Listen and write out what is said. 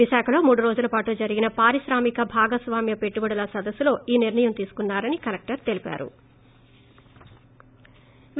విశాఖలో మూడు రోజుల పాటు జరిగిన పారిశ్రామిక భాగస్వామ్య పెట్టుబడుల సదస్పులో ఈ నిర్ణయం తీసుకున్నారని తెలిపారు